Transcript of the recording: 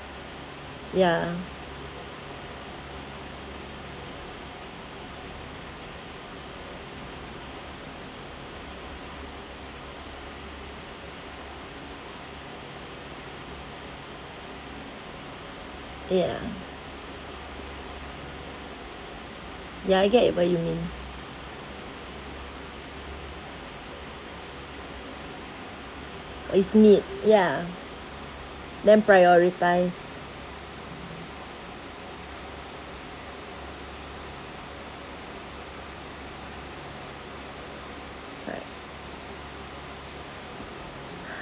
ya ya ya I get what you mean ya damn prioritise right